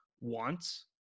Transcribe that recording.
wants